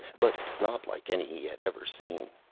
but not like any he had ever seen.